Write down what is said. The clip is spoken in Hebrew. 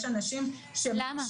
למה?